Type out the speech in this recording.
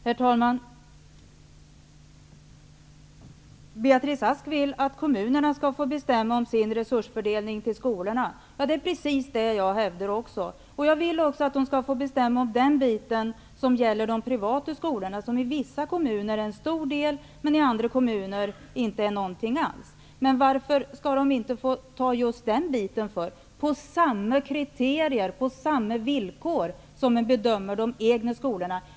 Herr talman! Beatrice Ask vill att kommunerna skall få bestämma över sin resurstilldelning till skolorna. Det är precis det jag hävdar också. Jag vill också att kommunerna skall få bestämma över de privata skolorna -- i vissa kommuner sker det till en stor del, i andra kommuner ingenting alls. Men varför skall de inte få råda över den delen på samma kriterier och villkor som vid bedömningen av de egna skolorna?